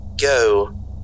go